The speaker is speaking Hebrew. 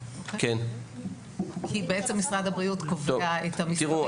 בעצם משרד הבריאות קובע את המספרים.